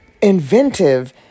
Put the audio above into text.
inventive